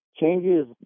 changes